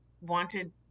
wanted